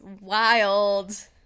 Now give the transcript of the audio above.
wild